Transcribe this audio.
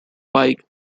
pike